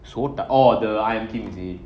oh the I am team is it